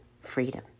freedom